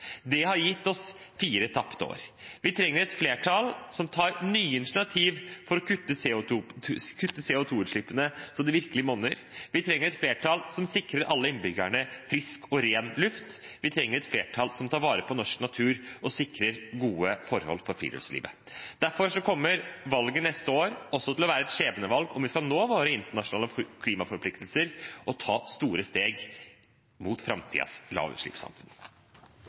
Det har gitt oss fire tapte år. Vi trenger et flertall som tar nye initiativ for å kutte CO2-utslippene så det virkelig monner. Vi trenger et flertall som sikrer alle innbyggerne frisk og ren luft. Vi trenger et flertall som tar vare på norsk natur og sikrer gode forhold for friluftslivet. Derfor kommer valget neste år også til å være et skjebnevalg om vi skal nå våre internasjonale klimaforpliktelser og ta store steg mot framtidens lavutslippssamfunn.